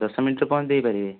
ଦଶ ମିନିଟ୍ରେ ପହଞ୍ଚାଇ ଦେଇପାରିବେ